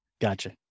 Gotcha